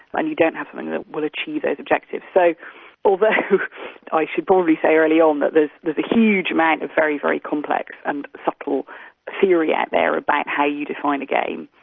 and you don't have something that will achieve those objectives. so although i should probably say early on that there's there's a huge amount of very, very complex and subtle theory out there about how you define a game,